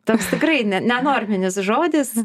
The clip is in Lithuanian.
toks tikrai ne nenorminis žodis